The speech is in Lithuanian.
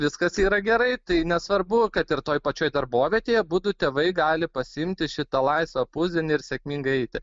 viskas yra gerai tai nesvarbu kad ir toj pačioj darbovietėj abudu tėvai gali pasiimti šitą laisvą pusdienį ir sėkmingai eiti